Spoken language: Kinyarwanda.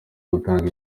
gutanga